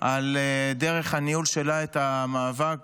על דרך הניהול שלה את המאבק.